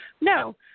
no